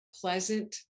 pleasant